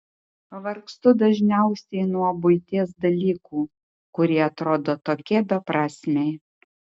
pavargstu dažniausiai nuo buities dalykų kurie atrodo tokie beprasmiai